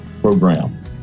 program